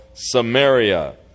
Samaria